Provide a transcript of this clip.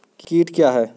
कीट क्या है?